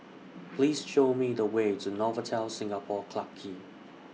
Please Show Me The Way to Novotel Singapore Clarke Quay